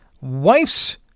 wife's